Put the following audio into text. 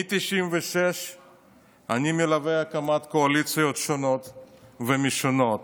מ-1996 אני מלווה הקמת קואליציות שונות ומשונות.